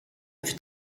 fut